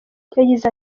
yagize